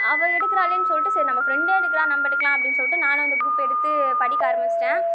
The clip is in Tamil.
அவள் எடுக்கிறாளேனு சொல்லிட்டு சரி நம்ம ஃபிரெண்டே நம்ம எடுக்கலாம் அப்படின்னு சொல்லிட்டு நானும் அந்த குரூப் எடுத்து படிக்க ஆரம்மிச்சிட்டேன்